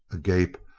agape,